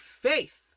faith